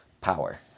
power